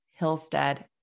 Hillstead